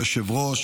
סדר-היום,